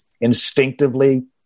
Instinctively